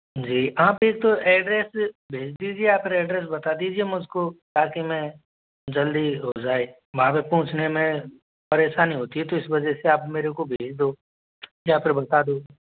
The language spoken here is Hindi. जी आप एक तो एड्रेस भेज दीजिए या फिर एड्रेस बता दीजिए मुझ को ताकि मैं जल्दी हो जाए वहाँ पर पहुँचने में परेशानी होती है तो इस वजह से आप मेरे को भेज दो या फिर बता दो